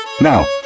Now